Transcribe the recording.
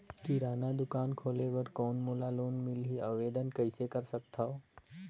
किराना दुकान खोले बर कौन मोला लोन मिलही? आवेदन कइसे कर सकथव?